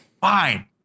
fine